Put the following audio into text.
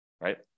right